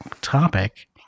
topic